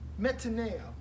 metaneo